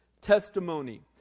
testimony